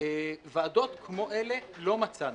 ועדות כמו אלה לא מצאנו.